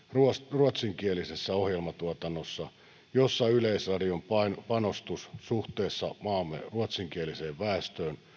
ruotsinkielisessä ohjelmatuotannossa jossa yleisradion panostus suhteessa maamme ruotsinkieliseen väestöön